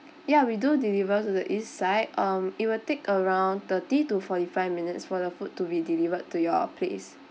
ya we do deliver to the east side um it will take around thirty to forty five minutes for the food to be delivered to your place